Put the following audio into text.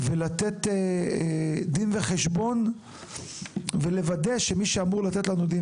ולתת דין וחשבון ולוודא שמי שאמור לתת לנו דין